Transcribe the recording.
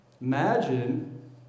imagine